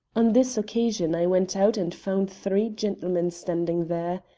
on this occasion i went out and found three gentlemen standing there.